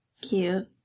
cute